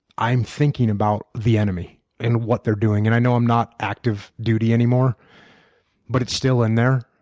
i'm thinking about the enemy and what they're doing. and i know i'm not active duty anymore but it's still in there,